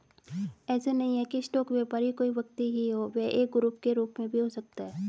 ऐसा नहीं है की स्टॉक व्यापारी कोई व्यक्ति ही हो वह एक ग्रुप के रूप में भी हो सकता है